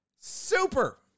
Super